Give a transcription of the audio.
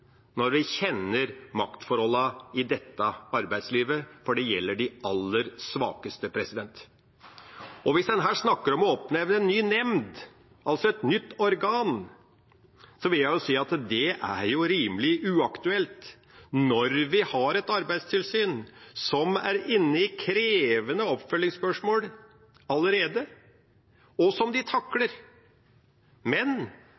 her snakker om å oppnevne en ny nemnd, et nytt organ, vil jeg si at det er rimelig uaktuelt når vi har et arbeidstilsyn som er inne i krevende oppfølgingsspørsmål allerede, og som de takler. Men